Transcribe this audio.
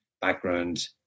background